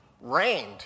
rained